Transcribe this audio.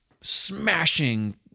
smashing